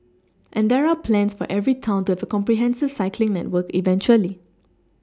and there are plans for every town to have a comprehensive cycling network eventually